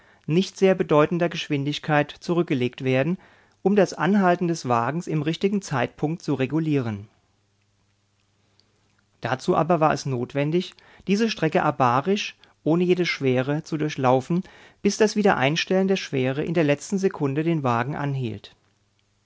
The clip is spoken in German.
nicht sehr bedeutender geschwindigkeit zurückgelegt werden um das anhalten des wagens im richtigen zeitpunkt zu regulieren dazu aber war es notwendig diese strecke abarisch ohne jede schwere zu durchlaufen bis das wiedereinstellen der schwere in der letzten sekunde den wagen anhielt